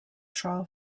trial